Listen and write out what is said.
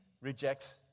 rejects